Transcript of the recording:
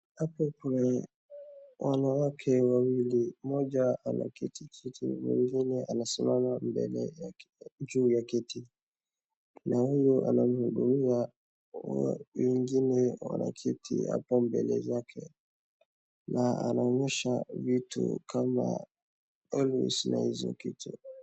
Hapa kuna wanawake wawili, moja ameketi chini na huyo mwingine amesimama mbele yake juu ya kiti na huyu anamhudumia huyo mwingine wa kiti hapo mbele zake na anaonyesha vitu kama always na hizo kitu.